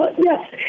Yes